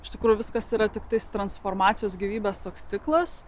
iš tikrųjų viskas yra tiktai transformacijos gyvybės toks ciklas